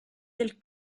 del